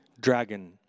dragon